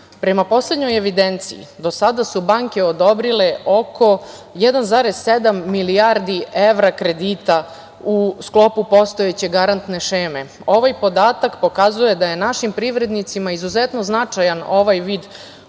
dana. Prema poslednjoj evidenciji do sada su banke odobrile oko 1,7 milijardi evra kredita u sklopu postojeće garantne šeme. Ovaj podatak pokazuje da je našim privrednicima izuzetno značajan ovaj vid pomoći,